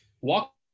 Walk